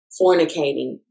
fornicating